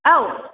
औ